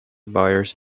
buyers